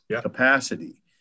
capacity